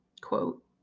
quote